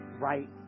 right